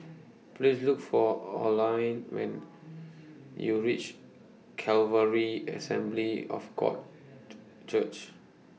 Please Look For Alline YOU REACH Calvary Assembly of God Church